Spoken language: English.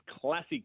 classic